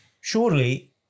surely